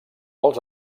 els